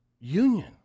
union